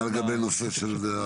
מה לגבי נושא של רצועת החשמל?